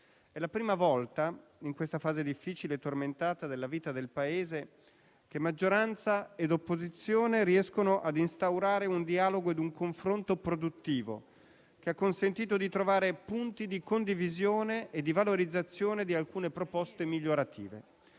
È la prima volta, in questa fase difficile e tormentata della vita del Paese, che maggioranza e opposizione riescono a instaurare un dialogo e un confronto produttivo, consentendo di trovare punti di condivisione e valorizzazione di alcune proposte migliorative.